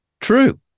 True